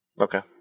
Okay